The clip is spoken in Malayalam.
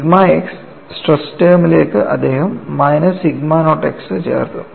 സിഗ്മ x സ്ട്രെസ് ടേമിലേക്ക് അദ്ദേഹം മൈനസ് സിഗ്മ നോട്ട് x ചേർത്തു